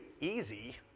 easy